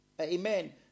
Amen